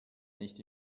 nicht